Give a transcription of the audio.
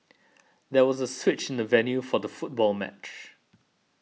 there was a switch in the venue for the football match